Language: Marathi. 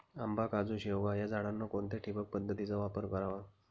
आंबा, काजू, शेवगा या झाडांना कोणत्या ठिबक पद्धतीचा वापर करावा?